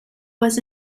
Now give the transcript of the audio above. was